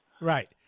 Right